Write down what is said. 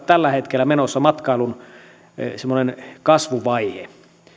tällä hetkellä menossa erittäin voimakas matkailun semmoinen kasvuvaihe